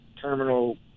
terminal